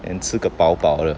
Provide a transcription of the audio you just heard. then 吃个饱饱的